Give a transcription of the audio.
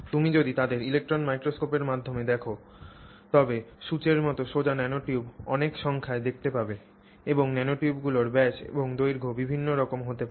তুমি যদি তাদের ইলেক্ট্রন মাইক্রোস্কোপের মাধ্যমে দেখে থাক তবে সুচের মত সোজা ন্যানোটিউব অনেক সংখ্যায় দেখতে পাবে এবং ন্যানোটিউবগুলির ব্যাস এবং দৈর্ঘ্য বিভিন্ন রকম হতে পারে